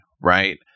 right